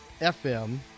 FM